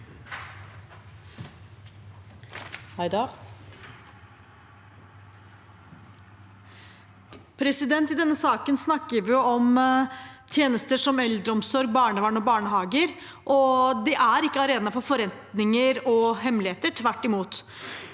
I denne saken snakker vi om tjenester som eldreomsorg, barnevern og barnehager, og de er ikke en arena for forretninger og hemmeligheter – tvert imot.